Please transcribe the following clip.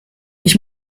ich